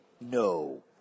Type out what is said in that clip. no